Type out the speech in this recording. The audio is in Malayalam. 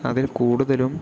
അതിൽ കൂടുതലും